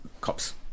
cops